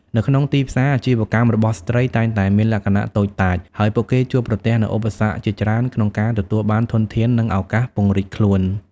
នៅក្នុងទីផ្សារ អាជីវកម្មរបស់ស្ត្រីតែងតែមានលក្ខណៈតូចតាច ហើយពួកគេជួបប្រទះនូវឧបសគ្គជាច្រើនក្នុងការទទួលបានធនធាន និងឱកាសពង្រីកខ្លួន។